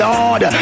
Lord